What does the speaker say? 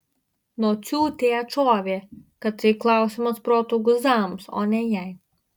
nociūtė atšovė kad tai klausimas proto guzams o ne jai